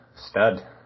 stud